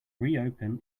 reopen